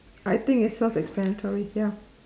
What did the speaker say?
I think it's self explanatory ya